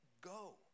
go